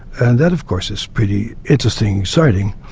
and that of course is pretty interesting exciting,